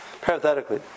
Parenthetically